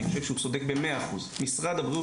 והוא צודק במאה אחוז משרד הבריאות